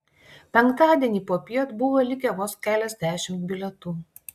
penktadienį popiet buvo likę vos keliasdešimt bilietų